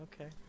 okay